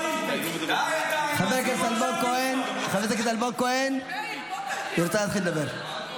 חבר הכנסת אלמוג כהן, היא רוצה להתחיל לדבר.